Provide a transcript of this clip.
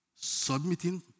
Submitting